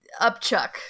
Upchuck